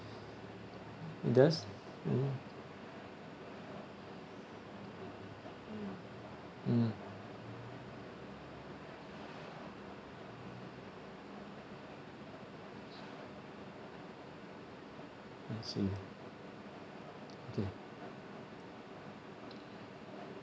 it does mm mm I see okay